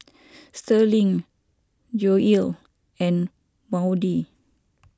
Sterling Joell and Maudie